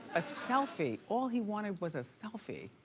a selfie. all he wanted was a selfie.